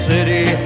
City